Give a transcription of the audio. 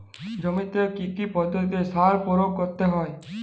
জমিতে কী কী পদ্ধতিতে সার প্রয়োগ করতে হয়?